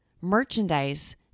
merchandise